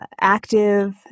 active